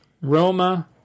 Roma